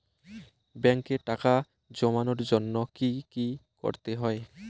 ব্যাংকে টাকা জমানোর জন্য কি কি করতে হয়?